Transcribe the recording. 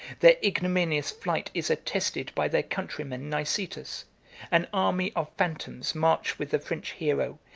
their ignominious flight is attested by their countryman nicetas an army of phantoms marched with the french hero,